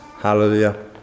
Hallelujah